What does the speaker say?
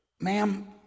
ma'am